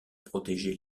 protéger